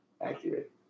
Accurate